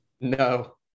No